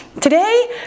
Today